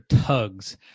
tugs